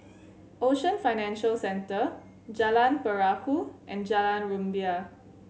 Ocean Financial Centre Jalan Perahu and Jalan Rumbia